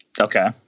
Okay